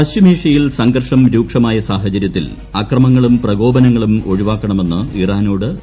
പശ്ചിമേഷ്യയിൽ സംഘർഷം രൂക്ഷമായ സാഹചര്യത്തിൽ അക്രമങ്ങളും പ്രകോപനങ്ങളും ഒഴിവാക്കണമെന്ന് ഇറാനോട് നാറ്റോ